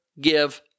give